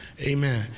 Amen